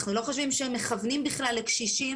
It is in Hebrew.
אנחנו לא חושבים שהם מכוונים בכלל לקשישים.